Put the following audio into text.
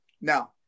Now